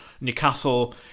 Newcastle